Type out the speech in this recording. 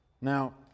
Now